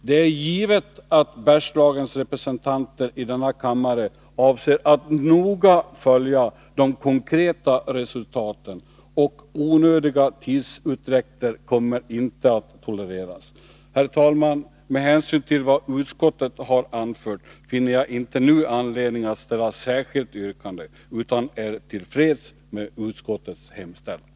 Det är givet att Bergslagens representanter i denna kammare avser att noga följa de konkreta resultaten, och onödiga tidsutdräkter kommer inte att tolereras. Herr talman! Med hänsyn till vad utskottet anfört finner jag inte nu anledning att ställa något särskilt yrkande, utan jag är till freds med utskottets hemställan.